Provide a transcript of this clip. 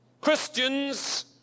Christians